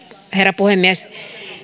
herra puhemies